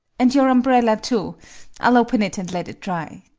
and your umbrella, too i'll open it and let it dry.